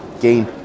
gain